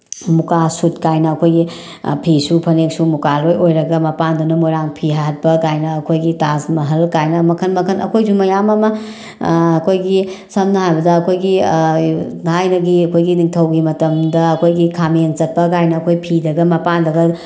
ꯃꯨꯀꯥ ꯁꯨꯠ ꯀꯥꯏꯅ ꯑꯩꯈꯣꯏꯒꯤ ꯐꯤꯁꯨ ꯐꯅꯦꯛꯁꯨ ꯃꯨꯀꯥ ꯂꯣꯏ ꯑꯣꯏꯔꯒ ꯃꯄꯥꯟꯗꯅ ꯃꯣꯏꯔꯥꯡ ꯐꯤ ꯍꯠꯄ ꯀꯥꯏꯅ ꯑꯩꯈꯣꯏꯒꯤ ꯇꯥꯖꯃꯍꯜ ꯀꯥꯏꯅ ꯃꯈꯟ ꯃꯈꯟ ꯑꯩꯈꯣꯏꯁꯨ ꯃꯌꯥꯝ ꯑꯃ ꯑꯩꯈꯣꯏꯒꯤ ꯁꯝꯅ ꯍꯥꯏꯔꯕꯗ ꯑꯩꯈꯣꯏꯒꯤ ꯊꯥꯏꯅꯒꯤ ꯑꯩꯈꯣꯏꯒꯤ ꯅꯤꯡꯊꯧꯒꯤ ꯃꯇꯝꯗ ꯑꯩꯈꯣꯏꯒꯤ ꯈꯥꯃꯦꯟ ꯆꯠꯄ ꯀꯥꯏꯅ ꯑꯩꯈꯣꯏ ꯐꯤꯗꯒ ꯃꯄꯥꯟꯗꯒ